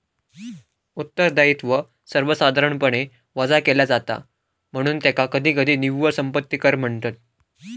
उत्तरदायित्व सर्वसाधारणपणे वजा केला जाता, म्हणून त्याका कधीकधी निव्वळ संपत्ती कर म्हणतत